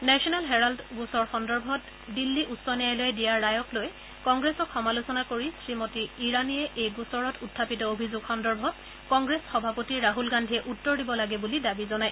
national Herald গোচৰৰ সন্দৰ্ভত দিল্লী উচ্চ ন্যায়ালয়ে দিয়া ৰায়ক লৈ কংগ্ৰেছৰ সমালোচনা কৰি শ্ৰীমতী ইৰাণীয়ে এই গোচৰত উত্থাপিত অভিযোগ সন্দৰ্ভত কংগ্ৰেছ সভাপতি ৰাছল গান্ধীয়ে উত্তৰ দিব লাগে বুলি দাবী জনায়